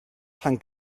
pan